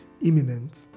imminent